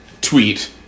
tweet